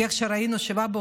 כי ממה שראינו ב-7 באוקטובר,